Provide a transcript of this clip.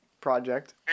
project